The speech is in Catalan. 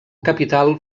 capital